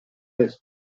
est